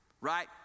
right